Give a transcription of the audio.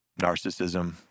narcissism